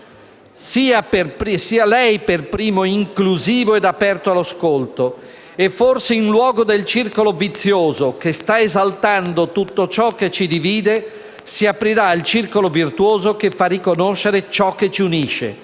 Sia lei per primo inclusivo e aperto all'ascolto e forse, in luogo del circolo vizioso che sta esaltando tutto ciò che ci divide, si aprirà il circolo virtuoso che fa riconoscere ciò che ci unisce.